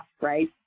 right